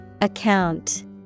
Account